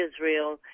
Israel